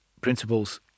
principles